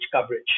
coverage